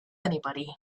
anybody